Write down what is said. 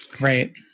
Right